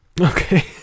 Okay